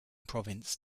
province